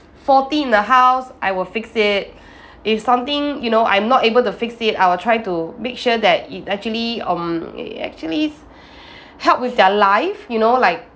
faulty in the house I will fix it if something you know I'm not able to fix it I will try to make sure that it actually um it actually help with their life you know like